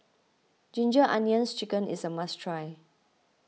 Ginger Onions Chicken is a must try